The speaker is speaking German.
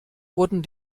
wurden